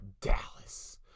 dallas